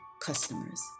customers